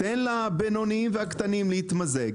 תן לבינוניים והקטנים להתמזג,